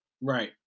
Right